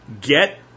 get